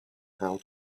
how